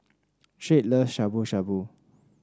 Shade loves Shabu Shabu